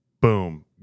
Boom